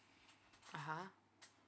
(uh huh)